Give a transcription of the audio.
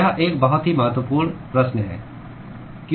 यह एक बहुत ही महत्वपूर्ण प्रश्न है q को कैसे बढ़ाया जाए